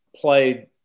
played